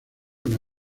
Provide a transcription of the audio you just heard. una